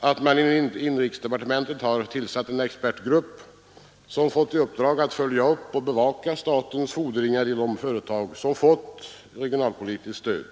att inrikesdepartementet har tillsatt en expertgrupp som fått i uppdrag att följa upp och bevaka statens fordringar i de företag som fått regionalpolitiskt stöd.